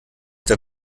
der